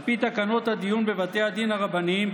על פי תקנות הדיון בבתי הדין הרבניים,